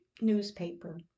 newspaper